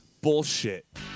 bullshit